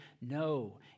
No